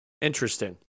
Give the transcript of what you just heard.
Interesting